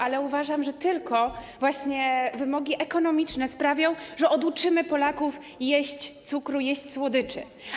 Ale uważam, że tylko wymogi ekonomiczne sprawią, że oduczymy Polaków jeść cukru, jeść słodyczy.